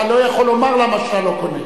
אתה לא יכול לומר למה אתה לא קונה.